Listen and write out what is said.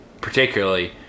particularly